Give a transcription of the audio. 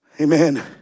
Amen